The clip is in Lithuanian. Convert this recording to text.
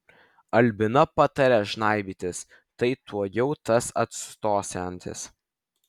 albina patarė žnaibytis tai tuojau tas atstosiantis